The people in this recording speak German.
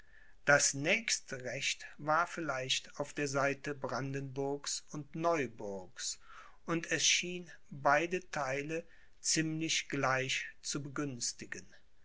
das nächste recht war vielleicht auf der seite brandenburgs und neuburgs und es schien beide theile ziemlich gleich zu begünstigen